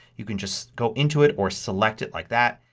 you could just go into it or select it like that.